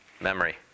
memory